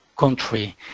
country